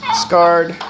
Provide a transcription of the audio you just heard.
scarred